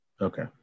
Okay